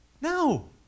No